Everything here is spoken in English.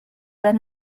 been